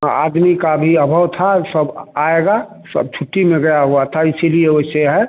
हाँ आदमी का भी अभव था सब आएगा सब छुट्टी में गया हुआ था इसीलिए ओइसे है